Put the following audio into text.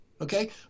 okay